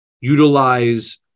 utilize